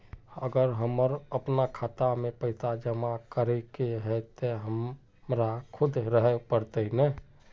अगर हमर अपना खाता में पैसा जमा करे के है ते हमरा खुद रहे पड़ते ने?